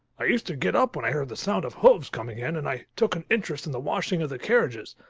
i used to get up when i heard the sound of hoofs coming in and i took an interest in the washing of the carriages,